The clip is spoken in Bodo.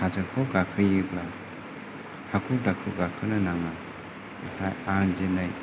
हाजोखौ गाखोयोब्ला हाखु दाखु गाखोनो नाङा आं दिनै